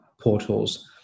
portals